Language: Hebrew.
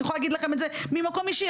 אני יכולה להגיד לכם את זה ממקום אישי.